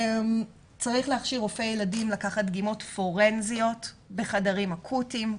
צריך להכשיר רופאי ילדים לקחת דגימות פורנזיות בחדרים אקוטיים.